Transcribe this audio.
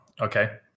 okay